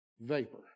vapor